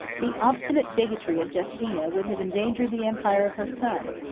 the obstinate bigotry of justina would have endangered the empire of her son,